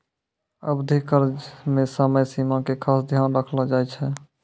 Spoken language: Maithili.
अवधि कर्ज मे समय सीमा के खास ध्यान रखलो जाय छै